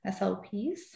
SLPs